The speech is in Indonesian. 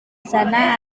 sana